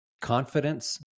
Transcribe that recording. confidence